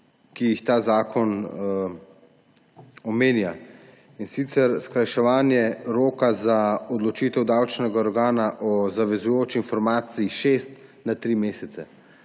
ki ju ta zakon omenja. In sicer skrajševanje roka za odločitev davčnega organa o zavezujoči informaciji s šest na tri mesece.